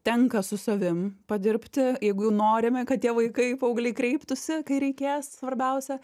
tenka su savim padirbti jeigu norime kad tie vaikai paaugliai kreiptųsi kai reikės svarbiausia